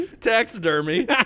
taxidermy